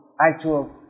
actual